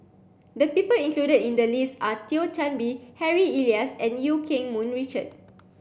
the people included in the list are Thio Chan Bee Harry Elias and Eu Keng Mun Richard